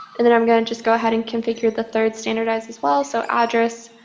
and then i'm going to just go ahead and configured the third standardize as well so address,